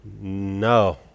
No